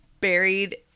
buried